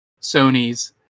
Sony's